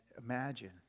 imagine